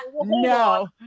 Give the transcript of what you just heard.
no